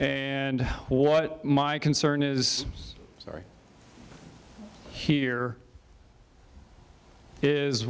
and what my concern is very here is